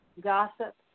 gossip